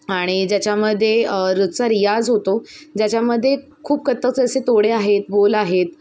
आणि ज्याच्यामध्ये रोजचा रियाज होतो ज्याच्यामदे खूप कथ्थकचे असे तोडे आहेत बोल आहेत